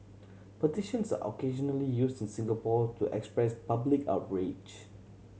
petitions are occasionally used in Singapore to express public outrage